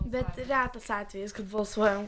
bet retas atvejis kad balsuojam